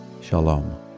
Shalom